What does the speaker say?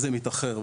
זה מתאחר.